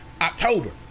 October